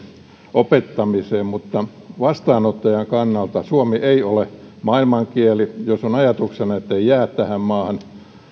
opettamiseen mutta vastaanottajan kannalta suomi ei ole maailmankieli jos on ajatuksena ettei jää tähän maahan